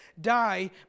die